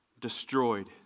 destroyed